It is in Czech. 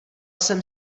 jsem